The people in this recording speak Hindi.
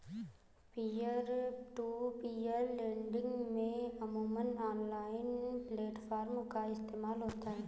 पीयर टू पीयर लेंडिंग में अमूमन ऑनलाइन प्लेटफॉर्म का इस्तेमाल होता है